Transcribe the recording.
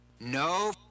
No